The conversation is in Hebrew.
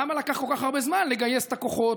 למה לקח כל כך הרבה זמן לגייס את הכוחות?